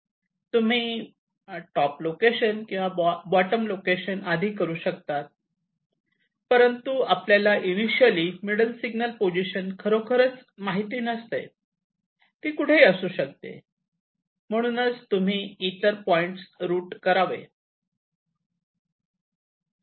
तुम्ही top location किंवा bottom location आधी करू शकतात परंतु आपल्याला इनीशिअली मिडल सिग्नल पोझिशन खरोखरच माहिती नसते ती कुठेही असू शकते म्हणूनच तुम्ही इतर पॉईंट्स रूट करावे